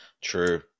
True